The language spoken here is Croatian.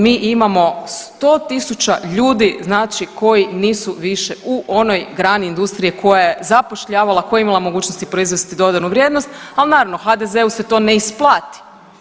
Mi imamo 100.000 ljudi znači koji nisu više u onoj grani industrije koja je zapošljavala, koja je imala mogućnosti proizvesti dodanu vrijednost, ali naravno HDZ-u se to ne isplati.